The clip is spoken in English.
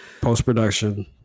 post-production